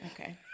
okay